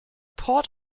port